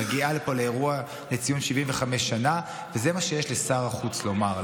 היא מגיעה לאירוע לציון 75 שנים וזה מה שיש לשר החוץ לומר,